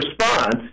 response